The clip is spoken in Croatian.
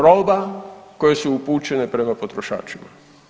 Roba koje su upućene prema potrošačima.